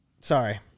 Sorry